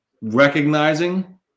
recognizing